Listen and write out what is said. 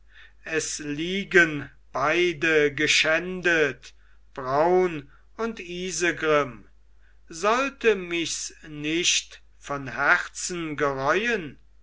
es liegen beide geschändet braun und isegrim sollte michs nicht von herzen